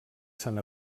sant